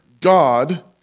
God